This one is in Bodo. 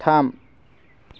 थाम